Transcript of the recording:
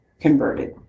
converted